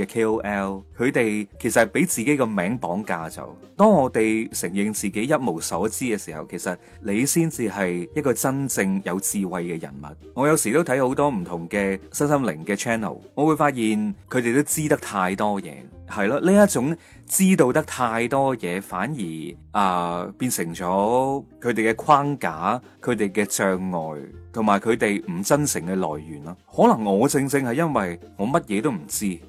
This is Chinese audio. K.O.L.，佢哋其实系俾自己个名绑架咗。当我哋承认自己一无所知嘅时候，其实你先至系一个真正有智慧嘅人物。我有时都睇好多唔同嘅身心灵嘅channel，我会发现佢哋都知得太多嘢。系咯，呢一种知道得太多嘢，反而，啊，变成咗佢哋嘅框架、佢哋嘅障碍，同埋佢哋唔真诚嘅来源咯。可能我正正系因为我乜嘢都唔知